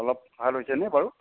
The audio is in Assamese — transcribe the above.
অলপ ভাল হৈছেনে বাৰু